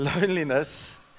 loneliness